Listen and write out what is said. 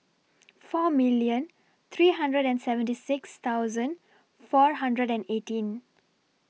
four million three hundred and seventy six thousand four hundred and eighteen